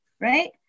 right